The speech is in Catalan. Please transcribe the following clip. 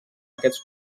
aquests